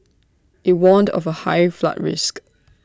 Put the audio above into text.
IT warned of A high flood risk